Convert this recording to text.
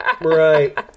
right